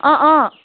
অঁ অঁ